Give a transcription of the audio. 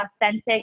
authentic